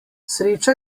sreča